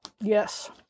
Yes